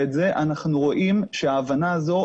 אנחנו רואים שההבנה הזאת,